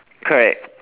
correct